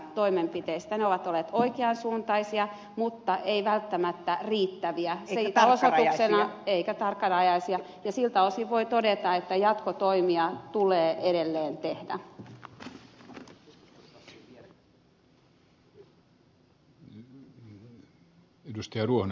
ne ovat olleet oikean suuntaisia mutta eivät välttämättä riittäviä eivätkä tarkkarajaisia ja siltä osin voi todeta että jatkotoimia tulee edelleen tehdä